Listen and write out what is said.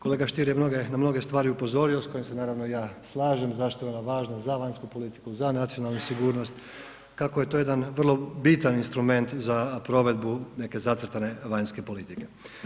Kolega Stier je na mnoge stvari upozorio s kojima se naravno i ja slažem zašto je ona važna za vanjsku politiku, za nacionalnu sigurnost, kako je to jedan vrlo bitan instrument za provedbu neke zacrtane vanjske politike.